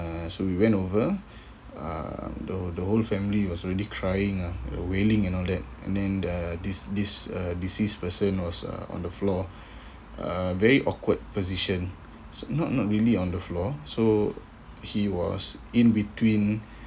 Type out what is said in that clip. uh so we went over uh the the whole family was already crying ah uh wailing and all that and then uh this this a deceased person was uh on the floor uh very awkward position so not not really on the floor so he was in between